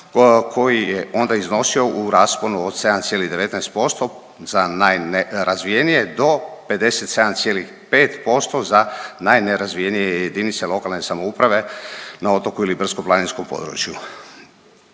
koji je onda iznosio u rasponu od 7,19% za najnerazvijenije do 57,5% za najnerazvijenije jedinice lokalne samouprave na otoku ili brdsko-planinskom području.